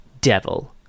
devil